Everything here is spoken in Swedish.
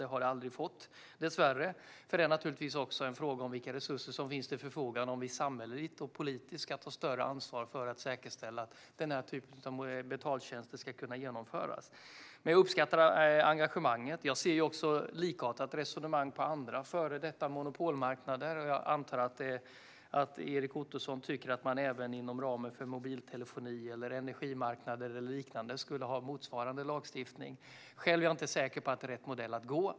Det har det aldrig fått - dessvärre, för det är också en fråga om vilka resurser som finns till förfogande om vi samhälleligt och politiskt ska ta större ansvar för att säkerställa att den här typen av betaltjänster kan genomföras. Men jag uppskattar engagemanget. Jag ser ett likartat resonemang på andra före detta monopolmarknader. Jag antar att Erik Ottoson tycker att man även inom ramen för mobiltelefoni, energimarknader eller liknande skulle ha motsvarande lagstiftning. Själv är jag inte säker på att det är rätt modell.